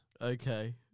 Okay